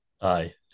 Aye